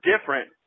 different